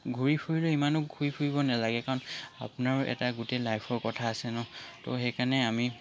ঘূৰি ফুৰিলেও ইমানো ঘূৰি ফুৰিব নেলাগে আপোনাৰো এটা গোটেই লাইফৰ কথা আছে ন তো সেইকাৰণে আমি